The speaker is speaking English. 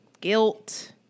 guilt